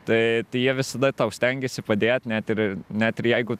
tai jie visada tau stengiasi padėt net ir net ir jeigu